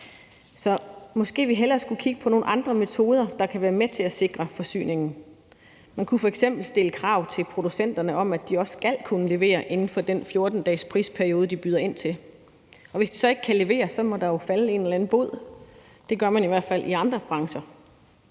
måske skulle vi hellere kigge på nogle andre metoder, der kan være med til at sikre forsyningen. Man kunne f.eks. stille krav til producenterne om, at de også skal kunne levere inden for den 14-dages prisperiode, de byder ind på, og hvis de så ikke kan levere, må der jo falde en eller anden bod. Det gør der i hvert fald i andre brancher.